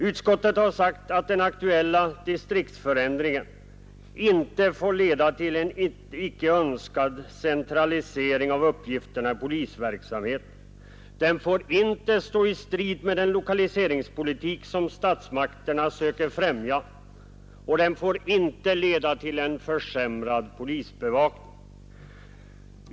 Utskottet har sagt att den aktuella distriktsförändringen inte får leda till en icke önskad centralisering av uppgifterna i polisverksamheten, att den inte får stå i strid med den lokaliseringspolitik som statsmakterna söker främja och att den inte får leda till försämrad polisbevakning.